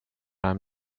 i’m